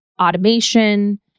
automation